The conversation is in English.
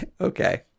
Okay